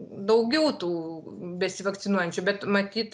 daugiau tų besivakcinuojančių bet matyt